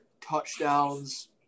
touchdowns